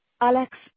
Alex